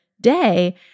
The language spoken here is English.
day